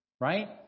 Right